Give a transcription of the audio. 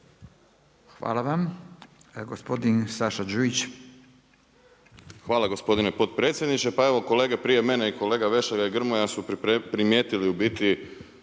Hvala vam. Gospodin Saša Đujić. **Đujić, Saša (SDP)** Hvala gospodine potpredsjedniče. Pa evo kolege prije mene i kolega Vešligaj i Grmoja su primijetili u biti